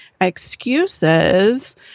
excuses